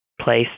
place